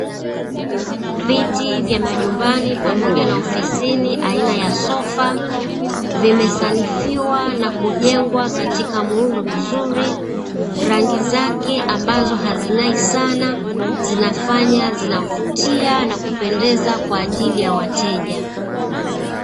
Viti vya majumbani pamoja na maofisini aina ya sofa vimesanifiwa na kujenga katika muundo mzuri, rangi zake ambazo hazing'ai sana na kupendeza kwa ajili ya wateja.